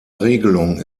regelung